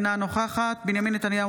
אינה נוכחת בנימין נתניהו,